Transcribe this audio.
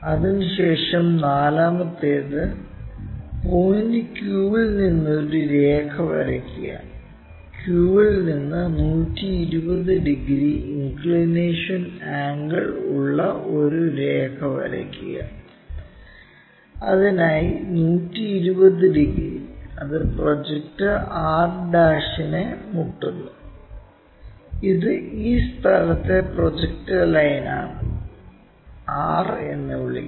അതിനുശേഷം നാലാമത്തേത് point q ൽ നിന്ന് ഒരു രേഖ വരയ്ക്കുക q ൽ നിന്ന് 120 ഡിഗ്രി ഇൻക്ക്ളിനേഷൻ ആംഗിൾ ഉള്ള ഒരു രേഖ വരയ്ക്കുക അതിനായി 120 ഡിഗ്രി അത് പ്രൊജക്റ്റർ r നെ മുട്ടുന്നു ഇത് ഈ സ്ഥലത്തെ പ്രൊജക്ടർ ലൈനാണ് r എന്ന് വിളിക്കുന്നു